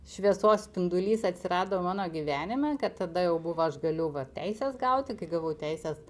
šviesos spindulys atsirado mano gyvenime kad tada jau buvo aš galiu va teises gauti kai gavau teises